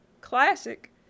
Classic